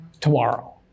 tomorrow